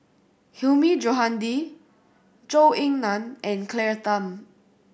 Hilmi Johandi Zhou Ying Nan and Claire Tham